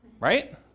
right